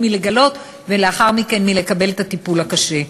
מלגלות ולאחר מכן מלקבל את הטיפול הקשה.